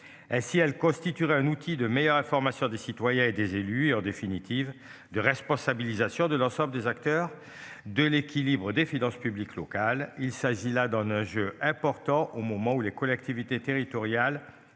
et si elle constituerait un outil de meilleure information des citoyens et des élus et en définitive de responsabilisation de l'ensemble des acteurs de l'équilibre des finances publiques locales. Il s'agit là dans le jeu important au moment où les collectivités territoriales